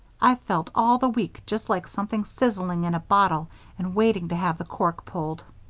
i've felt all the week just like something sizzling in a bottle and waiting to have the cork pulled!